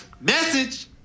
message